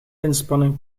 inspanningen